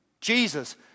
Jesus